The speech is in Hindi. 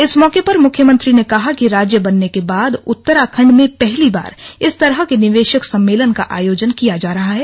इस मौके पर मुख्यमंत्री ने कहा कि राज्य बनने के बाद उत्तराखण्ड में पहली बार इस तरह के निवेशक सम्मेलन का आयोजन किया जा रहा है